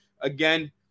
Again